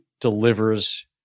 delivers